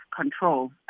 control